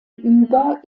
über